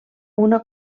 una